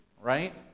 right